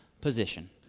position